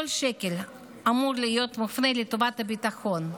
כל שקל אמור להיות מופנה לטובת הביטחון,